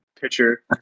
pitcher